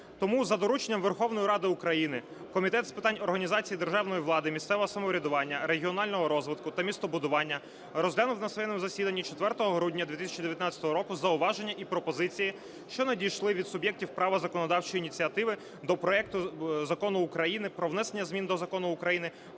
Тому за дорученням Верховної Ради України Комітет з питань організації державної влади, місцевого самоврядування, регіонального розвитку та містобудування розглянув на своєму засіданні 4 грудня 2019 року зауваження і пропозиції, що надійшли від суб'єктів права законодавчої ініціативи до проекту Закону про внесення змін до Закону України